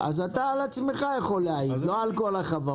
אז אתה יכול להעיד רק על עצמך, לא על כל החברות.